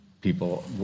people